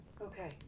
Okay